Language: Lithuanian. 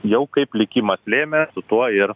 jau kaip likimas lėmė su tuo ir